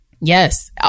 Yes